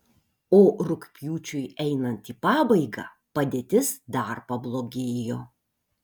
o rugpjūčiui einant į pabaigą padėtis dar pablogėjo